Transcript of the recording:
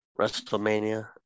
WrestleMania